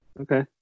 okay